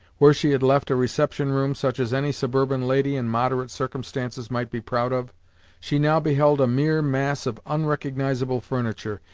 where she had left a reception-room such as any suburban lady in moderate circumstances might be proud of she now beheld a mere mass of unrecognisable furniture,